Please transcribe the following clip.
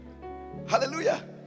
Hallelujah